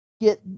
get